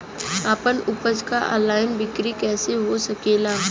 आपन उपज क ऑनलाइन बिक्री कइसे हो सकेला?